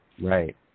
Right